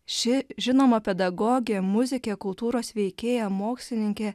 ši žinoma pedagogė muzikė kultūros veikėja mokslininkė